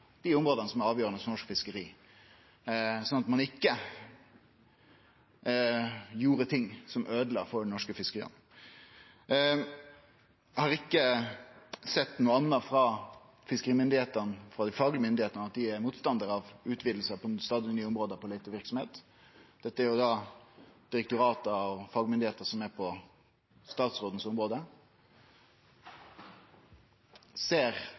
dei områda som er avgjerande for norsk fiskeri, slik at ein ikkje gjer noko som øydelegg for dei norske fiskeria. Eg har ikkje sett noko anna frå fiskerimyndigheitene, frå fagmyndigheitene, om at dei er motstandarar av utviding på stadig nye område for leiteverksemd. Dette er direktorat og fagmyndigheiter på statsråden sitt område. Ser statsråden det problematiske i eit fiskeri- og